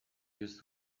used